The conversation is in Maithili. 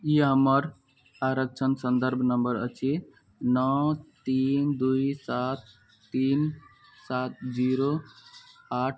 ई हमर आरक्षण सन्दर्भ नम्बर अछि नओ तीन दुइ सात तीन सात जीरो आठ